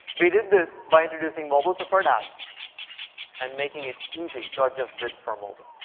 we did this by introducing mobile-preferred ads and make ing it easy to adjust bids for mobile.